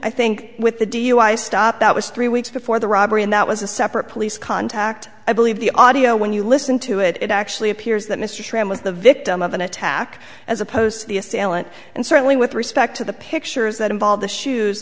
i think with the dui stop that was three weeks before the robbery and that was a separate police contact i believe the audio when you listen to it it actually appears that mr schramm was the victim of an attack as opposed to the assailant and certainly with respect to the pictures that involve the shoes